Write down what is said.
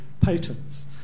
patents